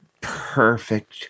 perfect